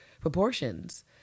proportions